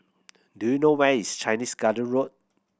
do you know where is Chinese Garden Road